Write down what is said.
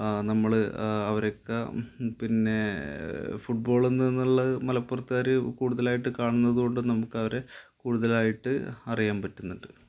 നമ്മള് അവരൊക്കെ പിന്നേ ഫുട്ബോളെന്നുന്നൊള്ള മലപ്പുറത്തുകാര് കൂടുതലായിട്ട് കാണുന്നതുകൊണ്ട് നമുക്കവരെ കൂടുതലായിട്ട് അറിയാൻ പറ്റുന്നുണ്ട്